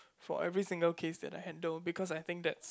for every single case that I handle because I think that's